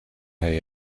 hij